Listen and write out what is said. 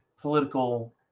political